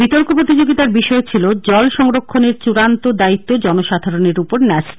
বিতর্ক প্রতিযোগিতার বিষয় ছিল জল সংরক্ষণের চূড়ান্ত দায়িত্ব জনসাধারণের উপর ন্যস্ত